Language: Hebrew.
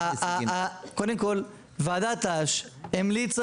ועדת אש המליצה